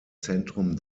zentrum